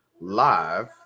live